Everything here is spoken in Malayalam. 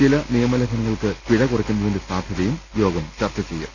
ചില നിയമലംഘനങ്ങൾക്ക് പിഴ കുറയ്ക്കുന്നതിന്റെ സാധ്യത യോഗം ചർച്ച ചെയ്യും